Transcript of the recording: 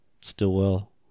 Stillwell